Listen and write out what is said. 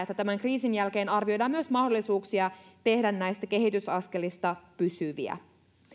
että tämän kriisin jälkeen arvioidaan myös mahdollisuuksia tehdä näistä kehitysaskelista pysyviä